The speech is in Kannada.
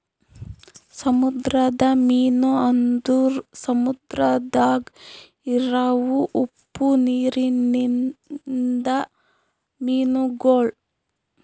ಸಮುದ್ರದ ಮೀನು ಅಂದುರ್ ಸಮುದ್ರದಾಗ್ ಇರವು ಉಪ್ಪು ನೀರಿಂದ ಮೀನುಗೊಳ್